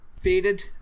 faded